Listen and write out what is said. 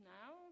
now